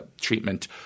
treatment